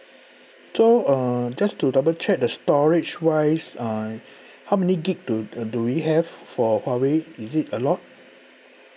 so uh just to double check the storage wise uh how many gig do uh do we have for huawei is it a lot